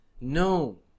No